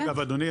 אדוני,